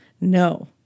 No